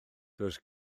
does